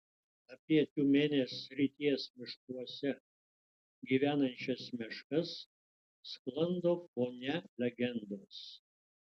apie tiumenės srities miškuose gyvenančias meškas sklando kone legendos